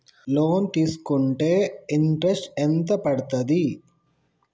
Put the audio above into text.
Loan తీస్కుంటే interest ఎంత పడ్తది?